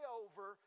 over